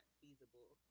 feasible